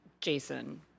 Jason